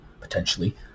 potentially